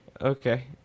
Okay